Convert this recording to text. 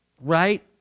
right